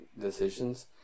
decisions